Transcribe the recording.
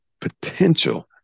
potential